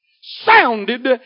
sounded